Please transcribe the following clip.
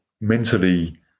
mentally